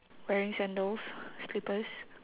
wearing sandals slippers